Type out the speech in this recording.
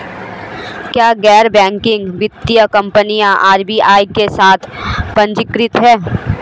क्या गैर बैंकिंग वित्तीय कंपनियां आर.बी.आई के साथ पंजीकृत हैं?